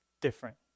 different